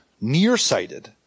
Nearsighted